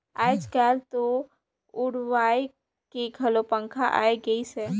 आयज कायल तो उड़वाए के घलो पंखा आये गइस हे